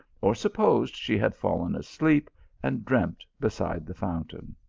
or supposed she had fallen asleep and dreamt beside the fountain.